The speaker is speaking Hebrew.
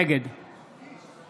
נגד